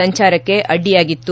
ಸಂಚಾರಕ್ಕೆ ಅಡ್ಡಿಯಾಗಿತ್ತು